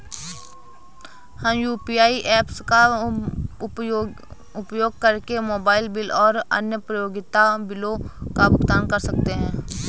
हम UPI apps का उपयोग करके मोबाइल बिल और अन्य उपयोगिता बिलों का भुगतान कर सकते हैं